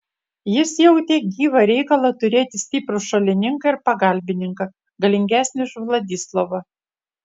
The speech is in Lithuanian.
jis jautė gyvą reikalą turėti stiprų šalininką ir pagalbininką galingesnį už vladislovą